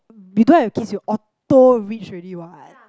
you don't have kids you auto rich already what